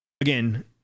again